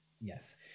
Yes